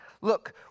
Look